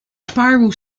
spiral